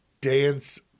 dance